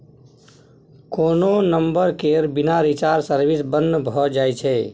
कोनो नंबर केर बिना रिचार्ज सर्विस बन्न भ जाइ छै